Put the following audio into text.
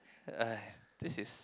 this is